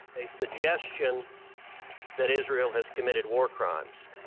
a suggestion that israel has committed war crimes